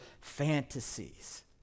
fantasies